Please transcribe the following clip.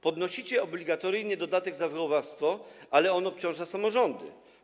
Podnosicie obligatoryjnie dodatek za wychowawstwo, ale obciąża to samorządy.